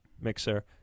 mixer